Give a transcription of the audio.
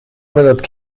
مداد